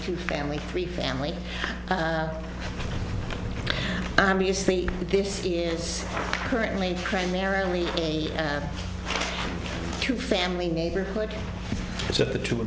to family three family obviously this is currently primarily a two family neighborhood